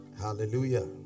Hallelujah